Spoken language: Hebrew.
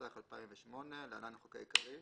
התשס״ח-2008 (להלן - החוק העיקרי),